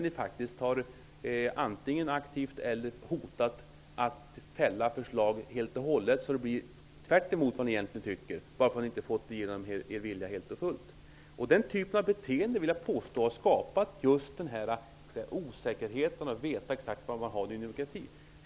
Ni har där hotat att aktivt fälla förslagen helt och hållet, så att det blir tvärtemot vad ni egentligen tycker, bara därför att ni inte fått igenom er vilja helt och fullt. Den typen av beteende har skapat just osäkerhet när det gäller att veta exakt var man har Ny demokrati.